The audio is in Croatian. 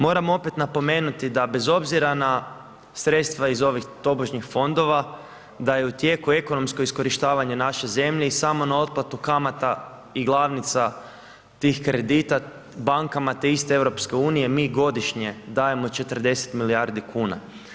Moram opet napomenuti da bez obzira na sredstva iz ovih tobožnjih fondova da je u tijeku ekonomsko iskorištavanje naše zemlje i samo na otplatu kamata i glavnica tih kredita bankama te iste EU mi godišnje dajemo 40 milijardi kuna.